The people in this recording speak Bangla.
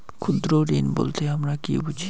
ক্ষুদ্র ঋণ বলতে আমরা কি বুঝি?